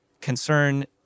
concern